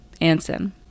Anson